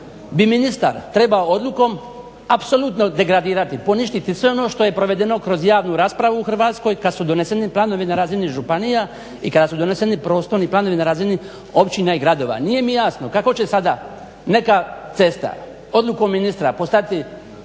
bi ministar trebao odlukom apsolutno degradirati, poništiti sve ono što je provedeno kroz javnu raspravu u Hrvatskoj kada su doneseni planovi na razini županija i kada su doneseni prostorni planovi na razini općina i gradova. Nije mi jasno kako će sada neka cesta odlukom ministra postati